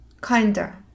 kinder